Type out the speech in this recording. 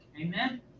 Amen